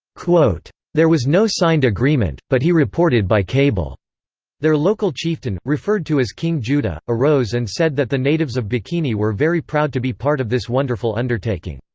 there was no signed agreement, but he reported by cable their local chieftain, referred to as king juda, arose and said that the natives of bikini were very proud to be part of this wonderful undertaking.